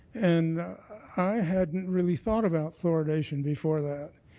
and i hadn't really thought about fluoridation before that.